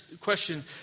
question